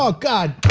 ah god